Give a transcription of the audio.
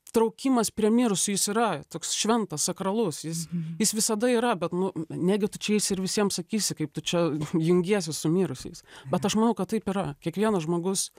traukimas prie mirusių jis yra toks šventas sakralus jis jis visada yra bet nu negi tu čia eisi ir visiem sakysi kaip tu čia jungiesi su mirusiais bet aš manau kad taip yra kiekvienas žmogus